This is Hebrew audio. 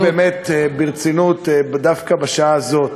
אני באמת ברצינות, דווקא בשעה הזאת,